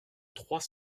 trois